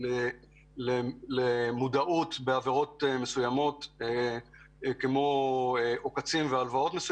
למודעות לעבירות כמו עוקצים והלוואות.